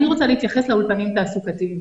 אני רוצה להתייחס לאולפנים התעסוקתיים.